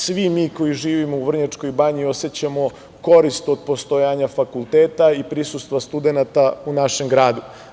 Svi mi koji živimo u Vrnjačkoj banji osećamo korist od postojanja fakulteta i prisustva studenata u našem gradu.